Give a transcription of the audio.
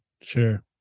Sure